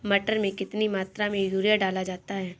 मटर में कितनी मात्रा में यूरिया डाला जाता है?